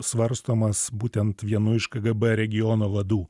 svarstomas būtent vienu iš kgb regiono vadų